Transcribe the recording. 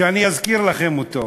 שאני אזכיר לכם אותו,